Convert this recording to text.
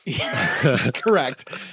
Correct